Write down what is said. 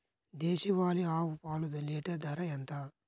దేశవాలీ ఆవు పాలు లీటరు ధర ఎంత?